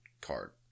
card